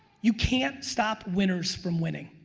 you can't stop winners from winning.